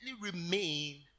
remain